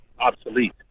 obsolete